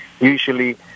usually